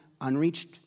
unreached